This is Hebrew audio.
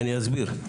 ואני אסביר.